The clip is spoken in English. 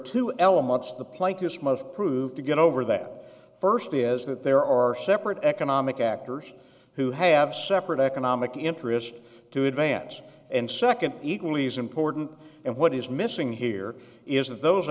two elements the plaintiffs must prove to get over that first is that there are separate economic actors who have separate economic interests to advance and second equally as important and what is missing here is th